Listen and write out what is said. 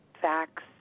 facts